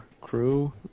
crew